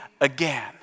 again